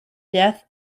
death